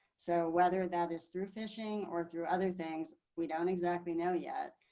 so whether that is through fishing or through other things we don't exactly know yet,